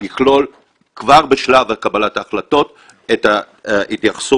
יכלול כבר בשלב קבלת ההחלטות את ההתייחסות